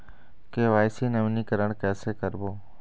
KYC नवीनीकरण कैसे करबो?